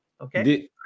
Okay